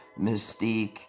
Mystique